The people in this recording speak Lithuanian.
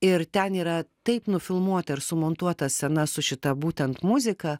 ir ten yra taip nufilmuota ir sumontuota scena su šita būtent muzika